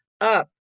up